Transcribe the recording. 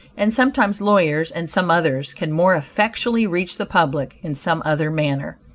and sometimes lawyers and some others, can more effectually reach the public in some other manner.